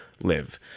live